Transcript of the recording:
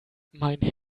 mein